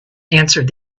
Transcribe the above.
answered